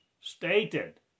stated